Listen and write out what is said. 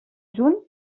juny